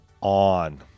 on